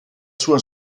sua